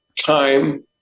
time